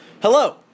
Hello